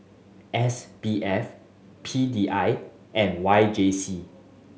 S B F P D I and Y J C